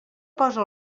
posa